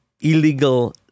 illegal